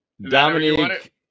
Dominique